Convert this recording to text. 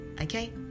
Okay